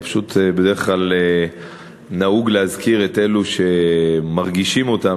פשוט בדרך כלל נהוג להזכיר את אלה שמרגישים אותן,